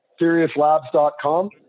seriouslabs.com